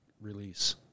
release